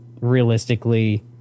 realistically